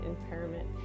impairment